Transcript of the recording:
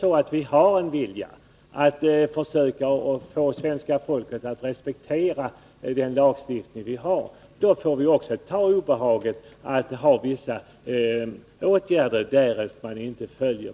Har vi en vilja att försöka förmå svenska folket att respektera den lagstiftning som gäller, då får vi också ta obehaget att tillämpa vissa åtgärder därest bestämmelserna inte följs.